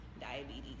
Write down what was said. diabetes